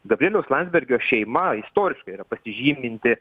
gabrieliaus landsbergio šeima istoriškai yra pasižyminti